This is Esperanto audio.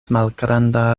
malgranda